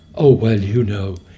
oh, well, you know,